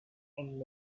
and